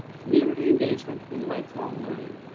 community engagement, and lifelong learning.